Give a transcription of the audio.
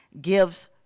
gives